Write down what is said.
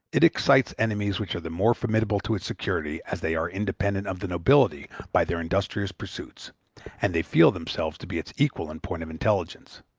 it excites enemies which are the more formidable to its security as they are independent of the nobility by their industrious pursuits and they feel themselves to be its equal in point of intelligence,